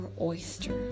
oyster